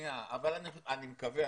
אני מקווה,